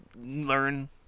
learn